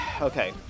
okay